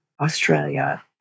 Australia